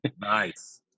Nice